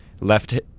left